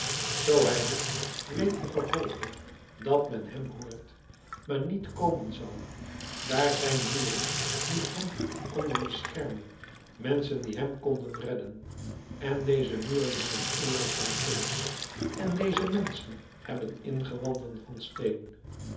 zoo hij roept weet de vervolger dat men hem hoort maar niet komen zal daar zijn muren die hem konden beschermen menschen die hem konden redden en deze muren hebben ooren van vleesch en deze menschen hebben ingewanden van steen